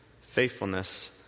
faithfulness